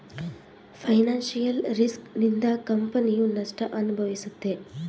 financial risk ನಿಂದ ಕಂಪನಿಯು ನಷ್ಟ ಅನುಭವಿಸುತ್ತೆ